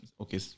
Okay